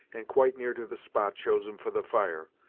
and quite near to the spot chosen for the fire.